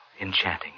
enchanting